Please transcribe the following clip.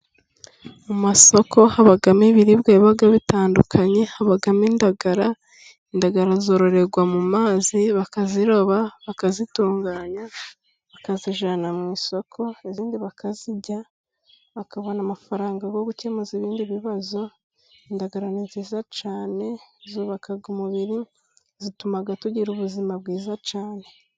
Mu masoko habamo ibiribwa bigiye bitandukanye, habamo indagara, indagara zororegwa mu maz,i bakaziroba bakazitunganya bakazijyana mu isoko, izindi bakazirya bakabona amafaranga, yo gukemura ibindi bibazo, indagara ni nziza cyane, zubaka umubiri zituma tugira ubuzima bwiza cyane.